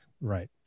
right